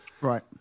Right